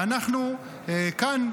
ואנחנו כאן,